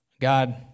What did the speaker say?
God